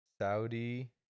Saudi